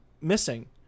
missing